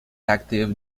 active